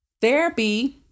Therapy